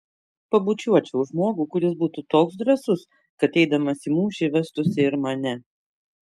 pabučiuočiau žmogų kuris būtų toks drąsus kad eidamas į mūšį vestųsi ir mane